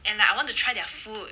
and I I want to try their food